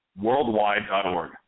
worldwide.org